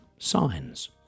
signs